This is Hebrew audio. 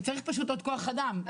צריך פשוט עוד כוח אדם.